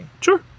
Sure